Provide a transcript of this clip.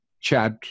chat